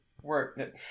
work